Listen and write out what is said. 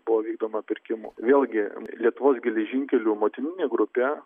buvo vykdoma pirkimų vėlgi lietuvos geležinkelių motininė grupė